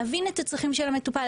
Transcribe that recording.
להבין את הצרכים של המטופל.